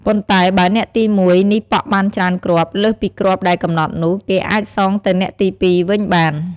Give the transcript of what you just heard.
ប៉ុន្តែបើអ្នកទី១ នេះប៉ក់បានច្រើនគ្រាប់លើសពីគ្រាប់ដែលកំណត់នោះ គេអាចសងទៅអ្នកទី ២ វិញបាន។